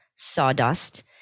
sawdust